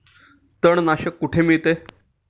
तणनाशक कुठे मिळते?